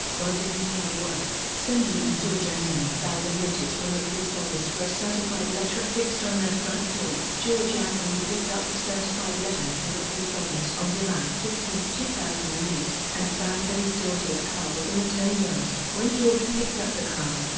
while doing yard work, cindy and george anthony found a notice from the post office for a certified letter affixed on their front door. george anthony picked up the certified letter from the post office on july fifteen, two thousand and eight, and found that his daughter's car was in a tow yard. when george picked up the car,